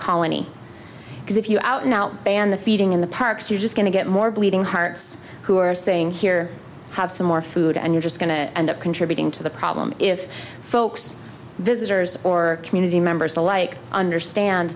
colony because if you out now banned the feeding in the parks you're just going to get more bleeding hearts who are saying here have some more food and you're just going to end up contributing to the problem if folks visitors or community members alike understand